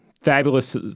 Fabulous